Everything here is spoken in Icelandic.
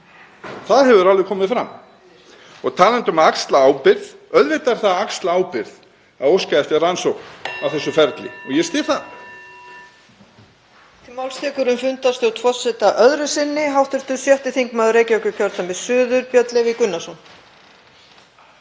Það hefur alveg komið fram. Og talandi um að axla ábyrgð: Auðvitað er það að axla ábyrgð að óska eftir rannsókn á þessu ferli og ég styð það.